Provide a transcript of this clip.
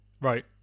right